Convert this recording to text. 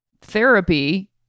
therapy